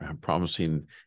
promising